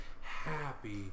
happy